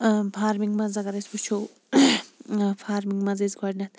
farming مَنٛز اَگَر أسۍ وٕچھو فارمِنٛگ مَنٛز ٲسۍ گۄڈنیٚتھ